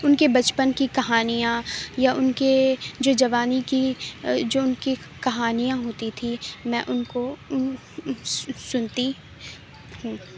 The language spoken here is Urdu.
ان کے بچپن کی کہانیاں یا ان کے جو جوانی کی جو ان کی کہانیاں ہوتی تھیں میں ان کو سنتی ہوں